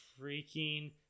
freaking